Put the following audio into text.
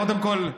קודם כול,